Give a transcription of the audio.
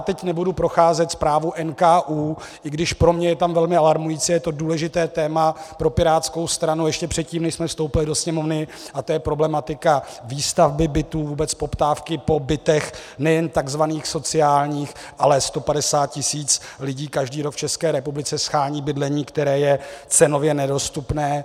Teď nebudu procházet zprávu NKÚ, i když pro mě je tam velmi alarmující, a je to důležité téma pro pirátskou stranu ještě předtím, než jsme vstoupili do Sněmovny, a to je problematika výstavby bytů, vůbec poptávky po bytech nejen takzvaných sociálních, ale 150 tisíc lidí každý rok v České republice shání bydlení, které je cenově nedostupné.